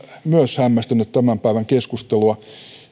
myös hämmästellyt tämän päivän keskustelua